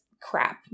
crap